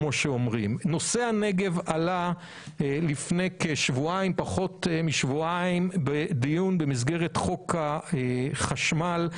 נושא הנגב עלה לפני פחות משבועיים במסגרת חוק החשמל.